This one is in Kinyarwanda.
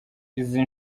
izi